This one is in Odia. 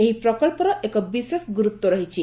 ଏହି ପ୍ରକଳ୍ପର ଏକ ବିଶେଷ ଗୁରୁତ୍ୱ ରହିଛି